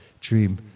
dream